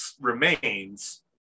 remains